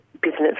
business